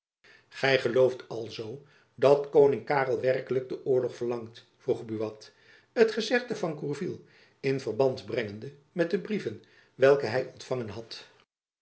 gelooft alzoo dat koning karel werkelijk den oorlog verlangt vroeg buat het gezegde van gourville in verband brengende met de brieven welke hy ontfangen had